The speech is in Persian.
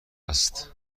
است